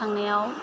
थांनायाव